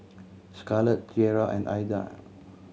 Scarlet Tiera and Aida